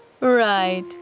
Right